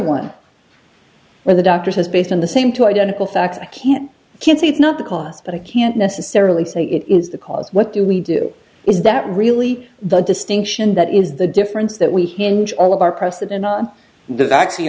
one well the doctor says based on the same two identical facts i can't conceive not the cause but i can't necessarily say it is the cause what do we do is that really the distinction that is the difference that we hinge all of our precedent on the vaccine